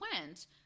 went